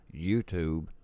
YouTube